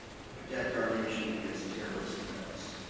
to protect our nation against terrorist threats.